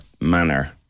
manner